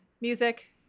music